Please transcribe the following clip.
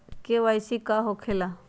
KYC का हो के ला?